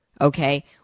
Okay